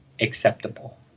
acceptable